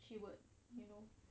she would you know